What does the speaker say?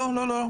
לא, לא.